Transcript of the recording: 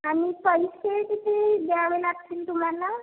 आणि पैसे किती द्यावे लागतील तुम्हाला